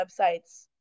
websites